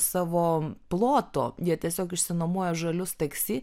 savo ploto jie tiesiog išsinuomojo žalius taksi